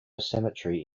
cemetery